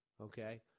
okay